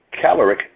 Caloric